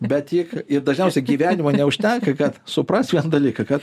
bet tiek ir dažniausiai gyvenimo neužtenka kad suprast vieną dalyką kad